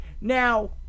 Now